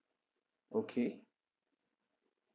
okay